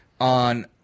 on